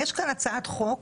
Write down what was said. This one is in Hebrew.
יש כאן הצעת חוק